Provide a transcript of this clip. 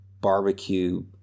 barbecue